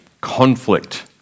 Conflict